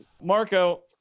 Marco